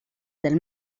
del